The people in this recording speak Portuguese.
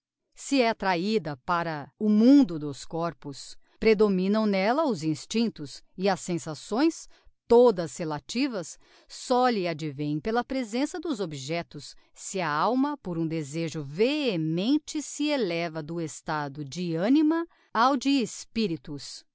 se é attrahida para o mundo dos corpos predominam n'ella os instinctos e as sensações todas relativas só lhe advém pela presença dos objectos se a alma por um desejo vehemente se eleva do estado de anima ao de spiritus